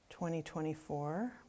2024